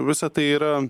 visa tai yra